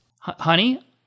Honey